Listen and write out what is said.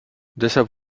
deshalb